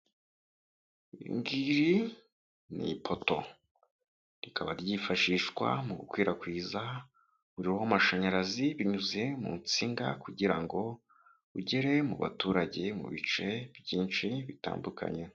Iri ngiri ni ipoto, rikaba ryifashishwa mu gukwirakwiza umuriro w' amashanyarazi binyuze mu nsinga kugirango ugere mu baturage, mu bice byinshi bitandukanye.